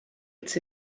it’s